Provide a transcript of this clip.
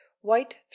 white